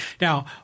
Now